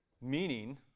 Meaning